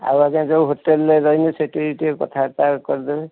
ଆଉ ଆଜ୍ଞା ଯେଉଁ ହୋଟେଲରେ ରହିବି ସେଇଠି ଟିକେ କଥାବାର୍ତ୍ତା କରିଦେବେ